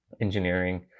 engineering